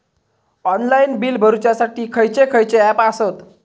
Online bill भरुच्यासाठी खयचे खयचे ऍप आसत?